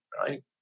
right